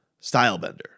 Stylebender